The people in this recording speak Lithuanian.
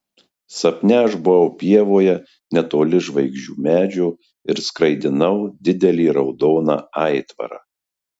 sapne aš buvau pievoje netoli žvaigždžių medžio ir skraidinau didelį raudoną aitvarą